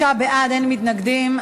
45 בעד, אין מתנגדים.